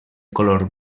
color